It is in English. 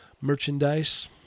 merchandise